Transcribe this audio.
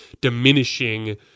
diminishing